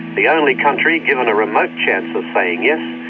the only country given a remote chance of saying yes,